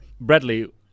Bradley